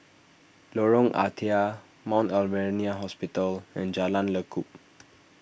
Lorong Ah Thia Mount Alvernia Hospital and Jalan Lekub